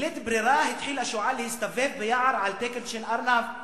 בלית ברירה התחיל השועל להסתובב ביער על תקן של ארנב.